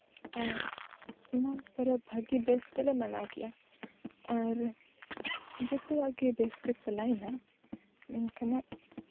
ᱟᱨ ᱚᱱᱟ ᱯᱚᱨᱮ ᱵᱷᱟᱹᱜᱤ ᱵᱮᱥ ᱛᱮᱞᱮ ᱢᱟᱱᱟᱣ ᱠᱮᱫᱼᱟ ᱟᱨ ᱡᱚᱛᱚᱣᱟᱜ ᱜᱮ ᱵᱮᱥ ᱜᱮ ᱪᱟᱞᱟᱣᱮᱱᱟ ᱢᱮᱱᱠᱷᱟᱱ